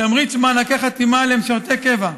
תמריץ מענקי חתימה למשרתי קבע,